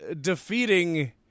defeating